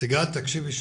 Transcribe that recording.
-- סיגל תקשיבי שניה.